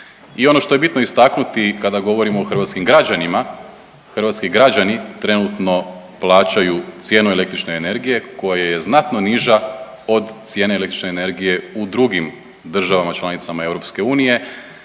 I ono što je bitno istaknuti kada govorimo o hrvatskim građanima, hrvatski građani trenutno plaćaju cijenu električne energije koja je znatno niža od cijene električne energije u drugim državama članicama EU,